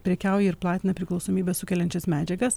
prekiauja ir platina priklausomybę sukeliančias medžiagas